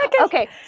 Okay